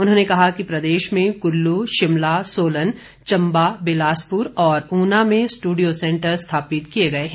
उन्होंने कहा कि प्रदेश में कुल्लू शिमला सोलन चम्बा बिलासपुर और ऊना में स्टूडियो सेंटर स्थापित किए गए हैं